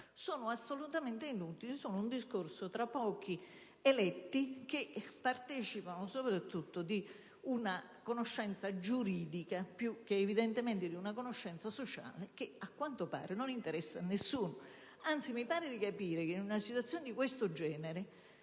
sono assolutamente inutili, sono un discorso tra pochi eletti che condividono soprattutto una conoscenza giuridica più che una conoscenza sociale, che a quanto pare non interessa ad alcuno. Anzi, mi pare di capire che in una situazione di questo genere